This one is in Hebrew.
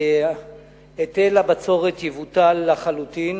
היטל הבצורת יבוטל לחלוטין,